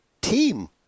team